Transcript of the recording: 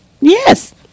Yes